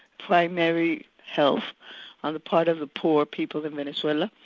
primary health on the part of the poor people in venezuela.